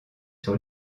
sur